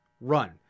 run